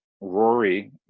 Rory